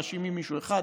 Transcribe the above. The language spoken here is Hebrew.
מאשימים מישהו אחד,